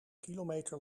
kilometer